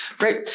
Right